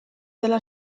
dela